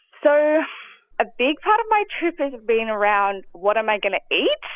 so a big part of my trip has been around, what am i going to eat?